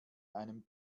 einem